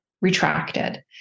retracted